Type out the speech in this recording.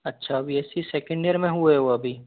अच्छा B A C second year में हुए हो अभी